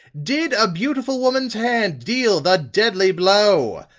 did a beautiful woman's hand deal the deadly blow?